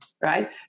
right